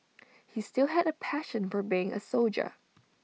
he still had A passion for being A soldier